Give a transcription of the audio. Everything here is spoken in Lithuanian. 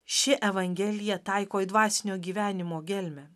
ši evangelija taiko į dvasinio gyvenimo gelmę